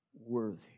worthy